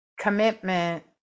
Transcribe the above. commitment